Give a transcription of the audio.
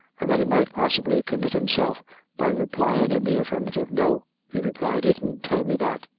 and that he might possibly commit himself by replying in the affirmative. no, he replied, he didn't tell me that.